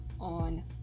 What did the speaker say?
on